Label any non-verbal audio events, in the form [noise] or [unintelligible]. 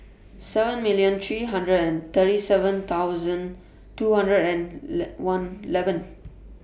seven million three hundred and thirty seven thousand two hundred and [unintelligible] one eleven